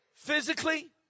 Physically